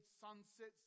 sunsets